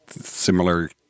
similar